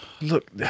Look